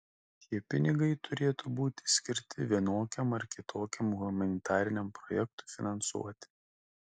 šie pinigai turėtų būti skirti vienokiam ar kitokiam humanitariniam projektui finansuoti